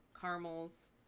caramels